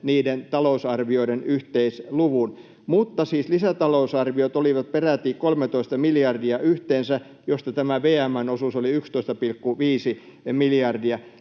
niiden talousarvioiden yhteisluvun, mutta siis lisätalousarviot olivat yhteensä peräti 13 miljardia, mistä tämä VM:n osuus oli 11,5 miljardia.